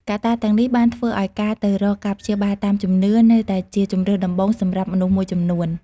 កត្តាទាំងនេះបានធ្វើឱ្យការទៅរកការព្យាបាលតាមជំនឿនៅតែជាជម្រើសដំបូងសម្រាប់មនុស្សមួយចំនួន។